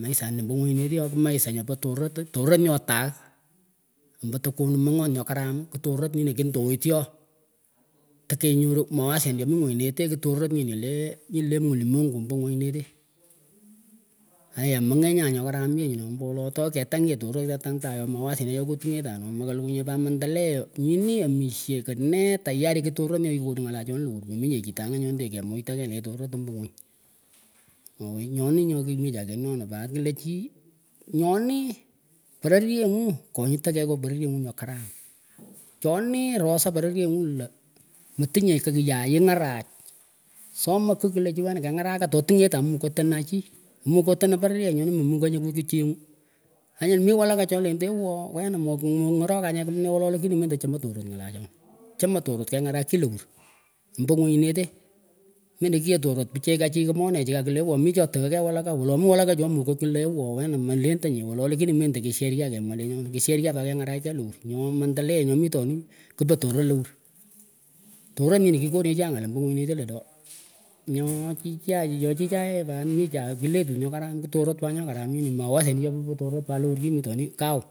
Maishanih pah ngunyinetech kih maisha nyopah torot torot nyo tagh umbu tah kunuh mangot nyoh karam kih torot nyinih kindoyton tekehnyoruh mawasen chomih ngunyineteh kih torot nyinileh nyinileh mulimengu pah ngunyinetch itayan mehngeny an nyoh karam yehnyuhnoh mbolo wolo tohketang yeh torot ooh ketang tagh ooh mawesenihchan choh kotingetan ooh mekalikuhnyeh put mandeleo nyinih omisheh keh nee tayari kih torot nyoh kikonuh ngalah chanih lewur moninyeh chitanyah nyoh endenyih kemutah keyh le torot omba wanah oway nyonih nyoh kimihcha kehnonah pat kleh chi nyonih peregenguh konyitah keyh ngoh pereryenguh nyo karam chonih rasah pereryenguh lah metinyeh kiyay ingarah soma kigh kleh chi wena kenyarakah totingetan mukah tanah chih mukh dunah pereryenyuh nyonih mehmukenyeh kuh kchenguh anyih mih wlaka cholendah ewoh wenah mohk muhngorokanyeh kimneh wolo lakini mendah chamah torot nmgaleh chonah chamah torot kenyarak hin lewur mbo ngunyine the mendah kiah torot pikachih ki monechi akla ewah mih chotaan keyh walaka wolo mih walaka choh mukah klah ewoh wenah melendanyeh wolo lakini mendah kisheriah kemwah lenyonih kisheria pa keng rak keyh lewur nyon mandeleo nyomitohnih keach torot lewur torot nyinih kikekonechan ngal ombo ngunyineteh ladoh nyoh chichan chi nyoh chichaeh nyoran torot pa lewur chinih mitoniah kawn